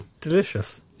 delicious